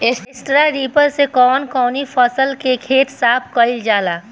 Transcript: Straw reaper से कवन कवनी फसल के खेत साफ कयील जाला?